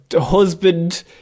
husband